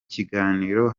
kiganiro